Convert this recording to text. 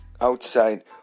outside